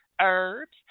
herbs